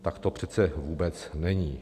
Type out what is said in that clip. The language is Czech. Tak to přece vůbec není!